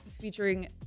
featuring